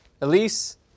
Elise